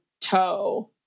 toe